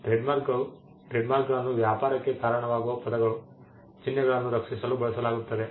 ಟ್ರೇಡ್ಮಾರ್ಕ್ಗಳು ಟ್ರೇಡ್ಮಾರ್ಕ್ಗಳನ್ನು ವ್ಯಾಪಾರಕ್ಕೆ ಕಾರಣವಾಗುವ ಪದಗಳು ಚಿಹ್ನೆಗಳನ್ನು ರಕ್ಷಿಸಲು ಬಳಸಲಾಗುತ್ತದೆ